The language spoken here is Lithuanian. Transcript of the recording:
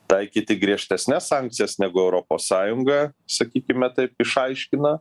taikyti griežtesnes sankcijas negu europos sąjunga sakykime taip išaiškina